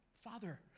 Father